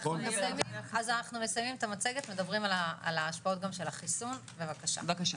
נסיים את המצגת, נדבר על השפעות החיסון, בבקשה.